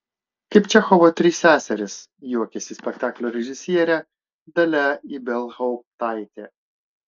kaip čechovo trys seserys juokiasi spektaklio režisierė dalia ibelhauptaitė